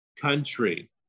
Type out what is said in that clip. country